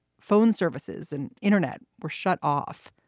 phone services and internet were shut off.